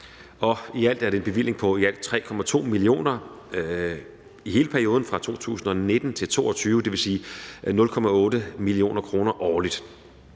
I alt er det en bevilling på 3,2 mio. kr. i hele perioden fra 2019 til 2022, dvs. 0,8 mio. kr. årligt.